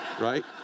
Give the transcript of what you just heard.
right